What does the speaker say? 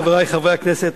חברי חברי הכנסת,